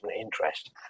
interest